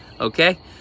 okay